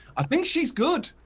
i think she's good.